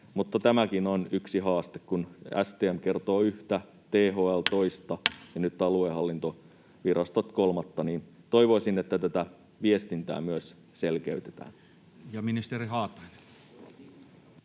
tämäkin on yksi haaste, kun STM kertoo yhtä, THL toista ja nyt aluehallintovirastot kolmatta, ja toivoisin, että myös tätä viestintää selkeytetään. Ja ministeri Haatainen.